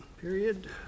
Period